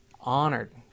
honored